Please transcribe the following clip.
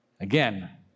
Again